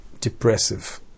depressive